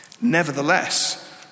Nevertheless